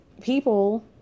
people